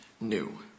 new